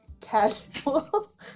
casual